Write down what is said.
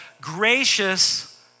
gracious